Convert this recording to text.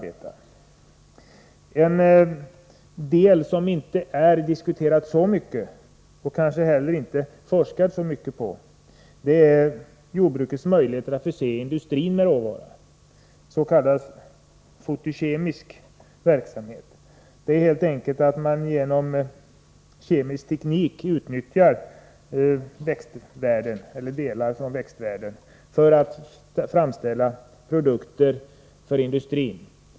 Ett område som inte har diskuterats så mycket och kanske inte heller forskats så mycket inom är jordbrukets möjligheter att förse industrin med råvara, s.k. fotokemisk verksamhet, som helt enkelt innebär att man genom kemisk teknik utnyttjar delar av växtvärlden för att framställa produkter för industrin.